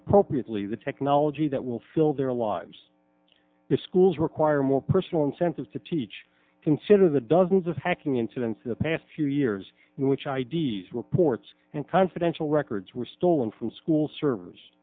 appropriately the technology that will fill their lives the schools require more personal incentives to teach consider the dozens of hacking incidents in the past few years in which i d s reports and confidential records were stolen from school servers